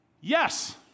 yes